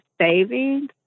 savings